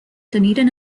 dunedin